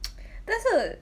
但是